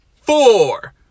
four